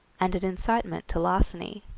and an incitement to larceny.